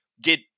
Get